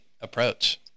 approach